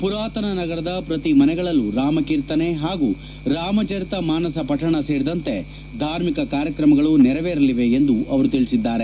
ಪುರಾತನ ನಗರದ ಪ್ರತಿ ಮನೆಗಳಲ್ಲೂ ರಾಮ ಕೀರ್ತನೆ ಹಾಗೂ ರಾಮಚರಿತ ಮಾನಸ ಪಠಣ ಸೇರಿದಂತೆ ಧಾರ್ಮಿಕ ಕಾರ್ಯಕ್ರಮಗಳು ನೆರವೇರಲಿವೆ ಎಂದು ಅವರು ತಿಳಿಸಿದ್ದಾರೆ